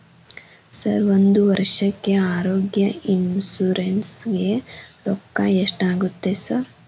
Sir ಒಂದು ವರ್ಷಕ್ಕೆ ಆರೋಗ್ಯ ಇನ್ಶೂರೆನ್ಸ್ ಗೇ ರೊಕ್ಕಾ ಎಷ್ಟಾಗುತ್ತೆ ಸರ್?